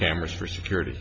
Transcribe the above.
cameras for security